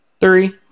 Three